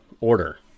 Order